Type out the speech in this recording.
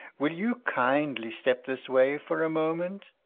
will you kindly step this way for a moment?